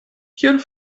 kiel